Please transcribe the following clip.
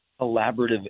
collaborative